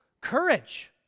Courage